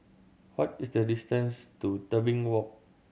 what is the distance to Tebing Walk